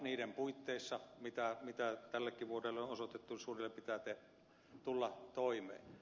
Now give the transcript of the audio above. niiden puitteissa mitä tällekin vuodelle on osoitettu suunnilleen pitää tulla toimeen